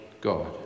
God